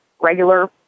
regular